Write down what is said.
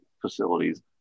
facilities